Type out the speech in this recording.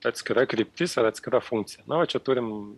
atskira kryptis ar atskira funkcija na va čia turim